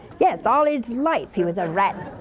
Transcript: yes, all his life he was a rat.